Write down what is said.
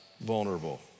vulnerable